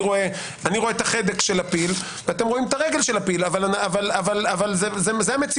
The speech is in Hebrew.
אני רואה את החדק של הפיל ואתם רואים את הרגל של הפיל אבל זו המציאות.